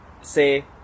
say